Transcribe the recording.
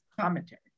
commentary